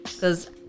Cause